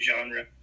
genre